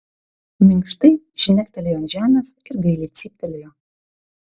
minkštai žnektelėjo ant žemės ir gailiai cyptelėjo